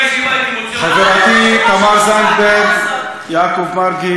חברתי תמר זנדברג, יעקב מרגי חברי,